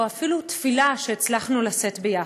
או אפילו תפילה שהצלחנו לשאת יחד.